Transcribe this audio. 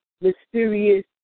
mysterious